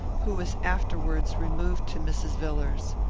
who was afterwards removed to mrs. villars's.